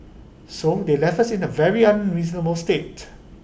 so they left us in A very unreasonable state